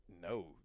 No